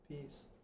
Peace